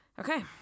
okay